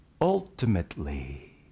ultimately